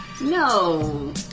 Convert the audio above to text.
no